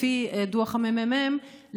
לפי דוח הממ"מ,